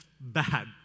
bad